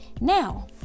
Now